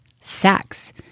sex